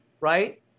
right